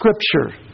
Scripture